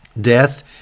Death